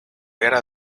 guerra